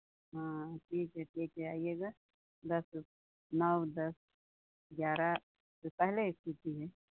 हाँ ठीक है ठीक है आइयेगा दस नौ दस ग्यारह के पहले ही खुलती है